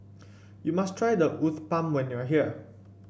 you must try Uthapam when you are here